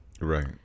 Right